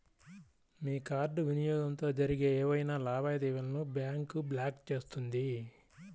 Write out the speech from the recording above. మీ card వినియోగంతో జరిగే ఏవైనా లావాదేవీలను బ్యాంక్ బ్లాక్ చేస్తుంది